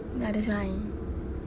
ya that's why